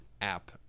app